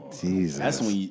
Jesus